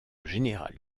général